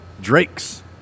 Drake's